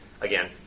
Again